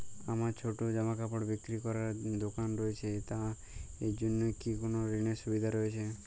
আমার ছোটো জামাকাপড় বিক্রি করার দোকান রয়েছে তা এর জন্য কি কোনো ঋণের সুবিধে রয়েছে?